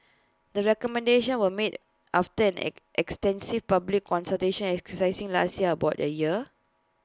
the recommendations were made after an extensive public consultation exercise lasting about A year